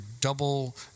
double